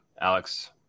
Alex